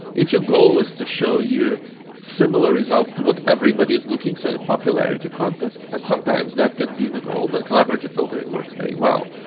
if your goal is to show you similar results to what everybody's looking, say, a popularity contest, and sometimes that can be the goal, then collaborative filtering works very well.